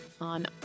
on